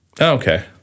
okay